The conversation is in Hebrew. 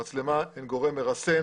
המצלמה היא גורם מרסן